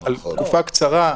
מדובר על תקופה קצרה.